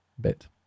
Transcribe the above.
bit